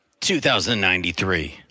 2093